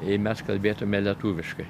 jei mes kalbėtume lietuviškai